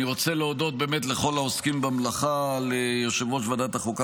אני רוצה להודות לכל העוסקים במלאכה: ליושב-ראש ועדת החוקה,